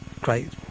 great